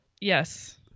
Yes